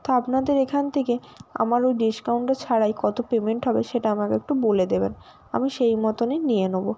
তা আপনাদের এখান থেকে আমার ওই ডিস্কাউন্টটা ছাড়াই কত পেমেন্ট হবে সেটা আমাকে একটু বলে দেবেন আমি সেই মতনই নিয়ে নোব